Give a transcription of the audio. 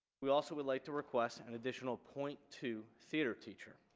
we also would like to request an additional point two theater feature